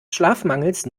schlafmangels